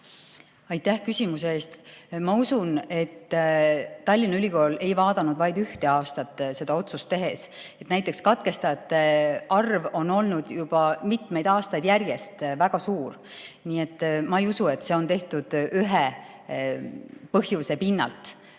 Aitäh küsimuse eest! Ma usun, et Tallinna Ülikool ei vaadanud vaid ühte aastat seda otsust tehes. Näiteks katkestajate arv on olnud juba mitmeid aastaid järjest väga suur. Nii et ma ei usu, et see on tehtud ühe põhjuse pinnal.